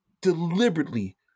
Deliberately